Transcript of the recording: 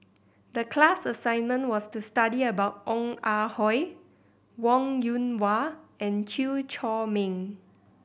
the class assignment was to study about Ong Ah Hoi Wong Yoon Wah and Chew Chor Meng